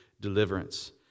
deliverance